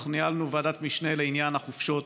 ניהלנו ועדת משנה לעניין החופשות.